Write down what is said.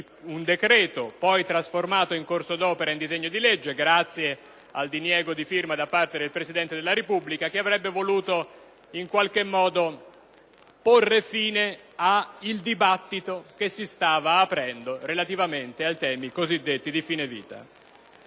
un decreto, poi trasformato in corso d'opera in un disegno di legge, grazie al diniego di firma da parte del Presidente della Repubblica, che avrebbe voluto porre fine al dibattito che si stava aprendo relativamente ai temi cosiddetti di fine vita.